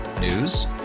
News